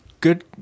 good